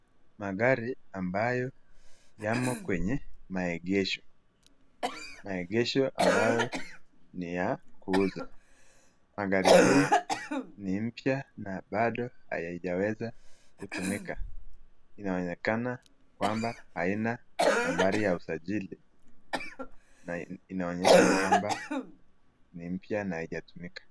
Magari ambayo yamo kwenye maegesho. Maegesho ambayo ni ya kuuza. Magari hii ni mpya na bado haijaweza kutumika. Inaonekana kwamba haina nambari ya usajili, na inaonyesha kwamba ni mpya na haijatumika.